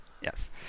Yes